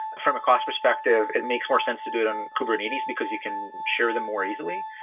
from a cost perspective, it makes more sense to do it on kubernetes, because you can share them more easily.